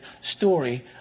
story